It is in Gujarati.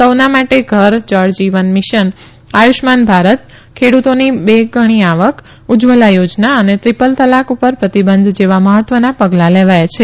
સૌના માટે ઘરજળ જીવન મિશન આયુષ્માન ભારત ખેડુતોની બેગણી આવક ઉજજવલા યોજના અને દ્રીપલ તલાક પર પ્રતિબંધ જેવા મહત્વના પગલા લેવાયા છે